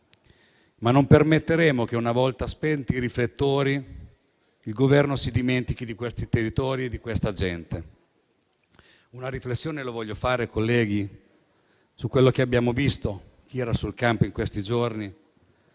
ma non permetterà che una volta spenti i riflettori il Governo si dimentichi di questi territori e di questa gente. Una riflessione la voglio spendere, colleghi, su quelli che abbiamo visto in campo in questi giorni: